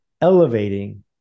elevating